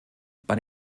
bei